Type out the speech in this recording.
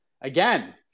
again